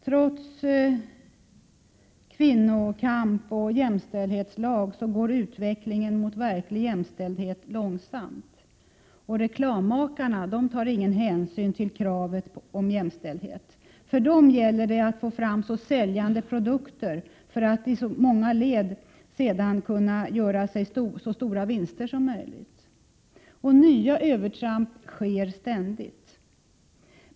Trots kvinnokamp och jämställdhetslag går utvecklingen mot verklig jämställdhet långsamt, och reklammakarna tar ingen hänsyn till kraven på jämställdhet. För dem gäller det att få fram säljande produkter för att i många led sedan kunna göra sig så stora vinster som möjligt. Nya övertramp sker ständigt.